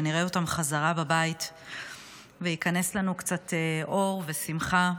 שנראה אותם חזרה בבית וייכנסו לנו קצת אור ושמחה,